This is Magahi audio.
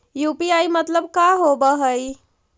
यु.पी.आई मतलब का होब हइ?